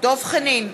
דב חנין,